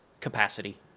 capacity